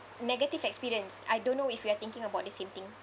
negative experience I don't know if you are thinking about the same thing